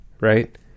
right